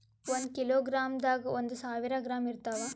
ಒಂದ್ ಕಿಲೋಗ್ರಾಂದಾಗ ಒಂದು ಸಾವಿರ ಗ್ರಾಂ ಇರತಾವ